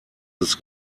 des